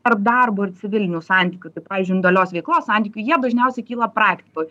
tarp darbo ir civilinių santykių pavyzdžiui individualios veiklos santykių jie dažniausiai kyla praktikoj